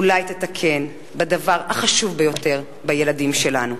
אולי תתקן בדבר החשוב ביותר, בילדים שלנו.